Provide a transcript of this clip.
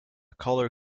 color